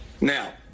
Now